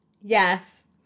yes